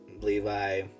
Levi